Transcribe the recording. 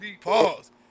Pause